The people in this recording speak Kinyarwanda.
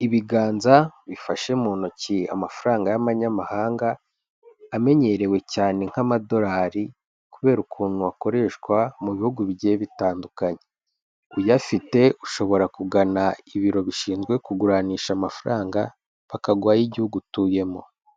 Ibiganza bifashe mu ntoki amafaranga y'amanyamahanga, amenyerewe cyane nk'amadolari kubera ukuntu akoreshwa mu bihugu bigiye bitandukanye, uyafite ushobora kugana ibiro bishinzwe kuguranisha amafaranga, bakaguha ay'igihugu utuyemo.